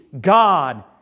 God